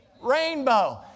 rainbow